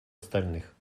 остальных